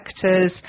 sectors